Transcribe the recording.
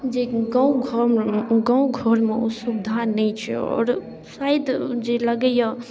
जे गामघर गामघरमे ओ सुविधा नहि छै आओर शायद जे लगैए